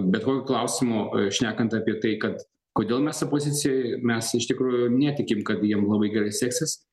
bet kokiu klausimu šnekant apie tai kad kodėl mes opozicijoj mes iš tikrųjų netikim kad jiem labai gerai seksis